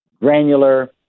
granular